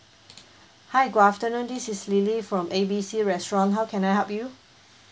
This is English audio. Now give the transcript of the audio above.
hi good afternoon this is lily from A B C restaurant how can I help you